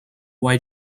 why